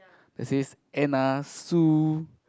that says Anna Sue